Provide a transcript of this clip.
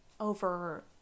over